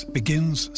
begins